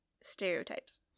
stereotypes